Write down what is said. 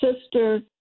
sister